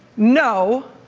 no,